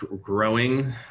growing